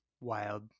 wild